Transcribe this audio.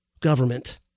government